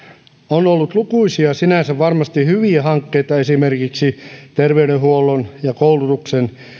on ollut lukuisia sinänsä varmasti hyviä hankkeita esimerkiksi terveydenhuollon ja koulutuksen